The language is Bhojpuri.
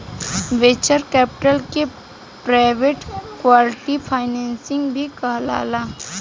वेंचर कैपिटल के प्राइवेट इक्विटी फाइनेंसिंग भी कहाला